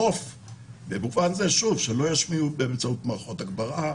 במובן זה שלא ישמיעו באמצעות מערכות הגברה.